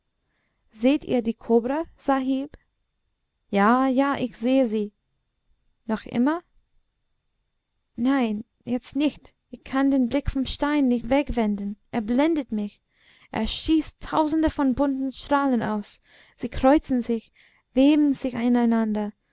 seht ihr die kobra sahib ja ja ich sehe sie noch immer nein jetzt nicht ich kann den blick vom stein nicht wegwenden er blendet mich er schießt tausende von bunten strahlen aus sie kreuzen sich weben sich ineinander